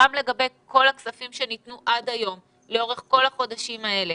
גם לגבי כל הכספים שניתנו עד היום - לאורך כל החודשים האלה